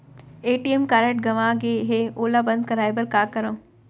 ATM card गंवा गे है ओला बंद कराये बर का करंव?